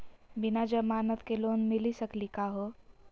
बिना जमानत के लोन मिली सकली का हो?